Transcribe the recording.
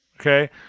Okay